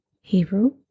Hebrew